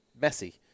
messy